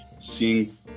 seeing